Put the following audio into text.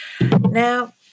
Now